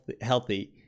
healthy